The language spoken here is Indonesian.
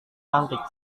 cantik